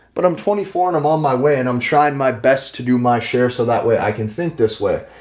but i'm twenty four. and i'm on my way, and i'm trying my best to do my share. so that way, i can think this way.